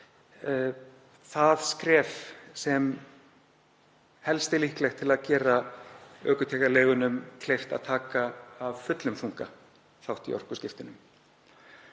það skref sem helst er líklegt til að gera ökutækjaleigum kleift að taka af fullum þunga þátt í orkuskiptunum.